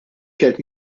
kelb